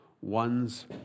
one's